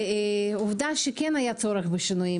עובדה שכן היה צורך בשינוים,